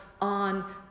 on